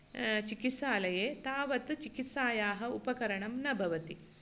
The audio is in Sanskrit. चिकित्सालये तावत् चिकित्सायाः उपकरणं न भवति